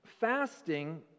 fasting